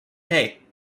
hey